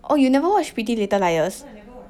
oh you never watch pretty little liars